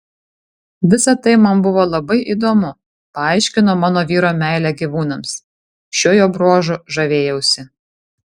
visa tai man buvo labai įdomu paaiškino mano vyro meilę gyvūnams šiuo jo bruožu žavėjausi